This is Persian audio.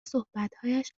صحبتهایش